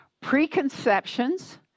preconceptions